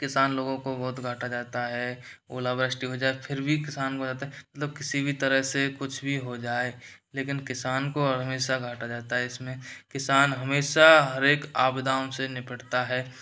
किसान लोगों को बहुत घाटा जाता है ओला वृष्टि हो जाए फिर भी किसान वो हो जाता है मतलब किसी भी तरह से कुछ भी हो जाए लेकिन किसान को हमेशा घाटा जाता है इसमें किसान हमेशा हर एक आपदाओं से निपटता है